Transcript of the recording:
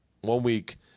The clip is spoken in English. one-week